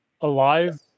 alive